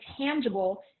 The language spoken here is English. tangible